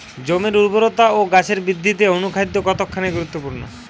জমির উর্বরতা ও গাছের বৃদ্ধিতে অনুখাদ্য কতখানি গুরুত্বপূর্ণ?